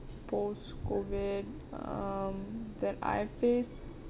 post COVID um that I face